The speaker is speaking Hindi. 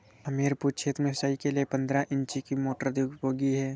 हमीरपुर क्षेत्र में सिंचाई के लिए पंद्रह इंची की मोटर अधिक उपयोगी है?